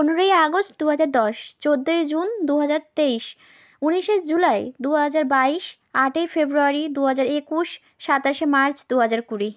পনেরোই আগস্ট দু হাজার দশ চোদ্দোই জুন দু হাজার তেইশ উনিশে জুলাই দু হাজার বাইশ আটই ফেব্রয়ারি দু হাজার একুশ সাতাশে মার্চ দু হাজার কুড়ি